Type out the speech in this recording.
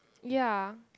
ya